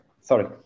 sorry